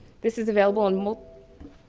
this is available in